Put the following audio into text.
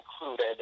included